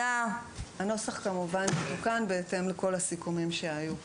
הנוסח תוקן, כמובן, בהתאם לכל הסיכומים שהיו פה.